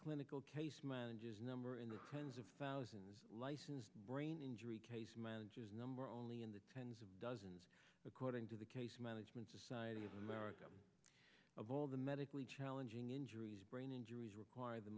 clinical case managers number in the hundreds of thousand licensed brain injury case managers number only in the tens of dozens according to the case management society of america of all the medically challenging injuries brain injuries require the